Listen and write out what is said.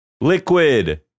Liquid